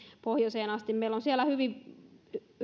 pohjoiseen asti meillä on siellä hyvin